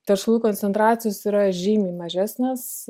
teršalų koncentracijos yra žymiai mažesnės